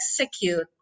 execute